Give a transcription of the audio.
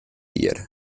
ier